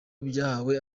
byahawe